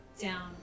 Down